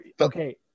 Okay